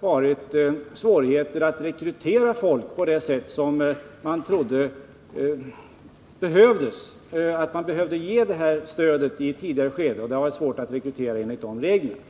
varit svårt att rekrytera folk på det sätt man hade räknat med. Man trodde att detta stöd behövdes i ett tidigare skede, men det har alltså varit svårt att rekrytera människor enligt reglerna.